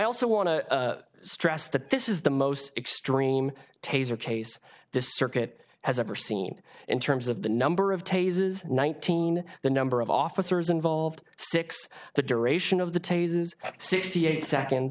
also want to stress that this is the most extreme taser case this circuit has ever seen in terms of the number of tazes nineteen the number of officers involved six the duration of the tazes sixty eight seconds